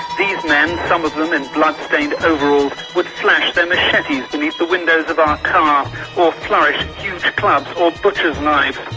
these men, some of them in blood-stained overalls, would slash their machetes beneath the windows of our car, um or flourish huge clubs or butchers knives.